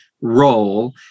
role